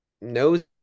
knows